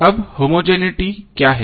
अब होमोजेनििटी क्या है